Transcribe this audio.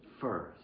first